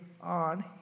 on